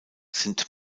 sind